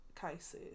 cases